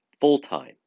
full-time